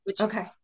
Okay